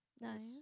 Nice